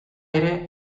ere